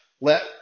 let